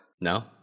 No